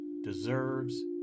deserves